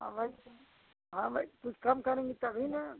हाँ भाई हाँ भाई कुछ कम करेंगी तभी ना